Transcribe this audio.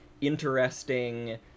interesting